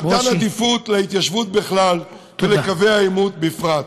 עדיפות להתיישבות בכלל ולקווי העימות בפרט.